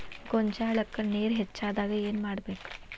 ಗೊಂಜಾಳಕ್ಕ ನೇರ ಹೆಚ್ಚಾದಾಗ ಏನ್ ಮಾಡಬೇಕ್?